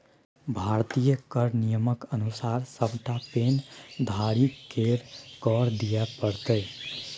भारतीय कर नियमक अनुसार सभटा पैन धारीकेँ कर दिअ पड़तै